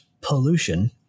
pollution